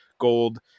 Gold